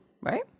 right